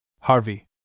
Harvey